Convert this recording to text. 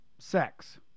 sex